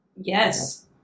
Yes